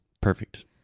Perfect